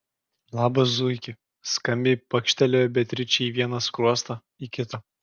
labas zuiki skambiai pakštelėjo beatričei į vieną skruostą į kitą